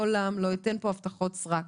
לעולם לא אתן פה הבטחות סרק,